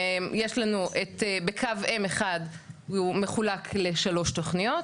יש לנו בקו M1 הוא מחולק לשלוש תוכניות,